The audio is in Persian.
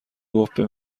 گفتبه